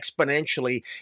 exponentially